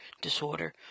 disorder